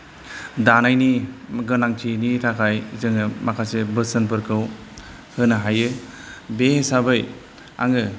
दानायनि गोनांथिनि थाखाय जोङो माखासे बोसोनफोरखौ होनो हायो बे हिसाबै आङो